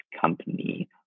company